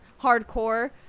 hardcore